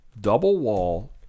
double-wall